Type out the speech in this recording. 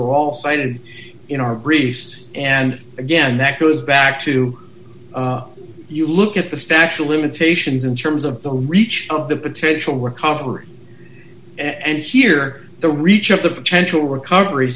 are all cited in our briefs and again that goes back to you look at the statue of limitations in terms of the reach of the potential recovery and here the reach of the potential recovery